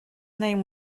name